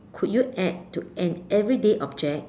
could you add to an everyday object